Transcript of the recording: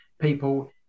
people